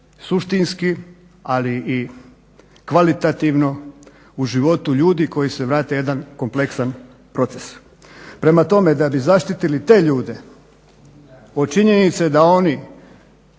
suštinski ali i kvalitativno u životu ljudi koje se vrate u jedan kompleksan proces. Prema tome, da bi zaštitili te ljude od činjenice da oni